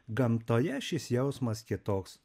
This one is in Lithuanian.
gamtoje šis jausmas kitoks